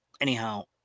Anyhow